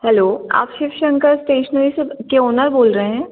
hello आप Shivshankar stationery से के ऑनर बोल रहे हैं